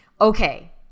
Okay